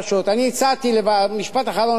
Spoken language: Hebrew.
אני הצעתי, משפט אחרון, אדוני,